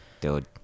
dude